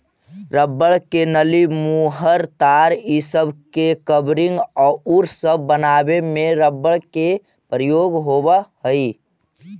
rubber के नली, मुहर, तार इ सब के कवरिंग औउर सब बनावे में रबर के प्रयोग होवऽ हई